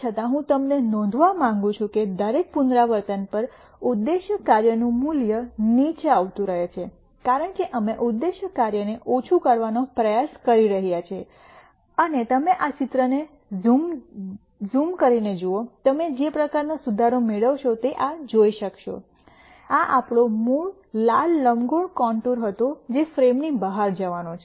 તેમ છતાં હું તમને નોંધવા માંગું છું કે દરેક પુનરાવર્તન પર ઉદ્દેશ્ય કાર્યનું મૂલ્ય નીચે આવતું રહે છે કારણ કે અમે ઉદ્દેશ્ય કાર્યને ઓછું કરવાનો પ્રયાસ કરી રહ્યા છીએ અને તમે આ ચિત્રને ઝૂમતા જતા તમે જે પ્રકારનો સુધારો મેળવશો તે આ જોઈ શકશો આ આપણો મૂળ લાલ લંબગોળ કોંન્ટુર હતો જે ફ્રેમની બહાર જવાનો છે